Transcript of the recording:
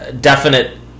definite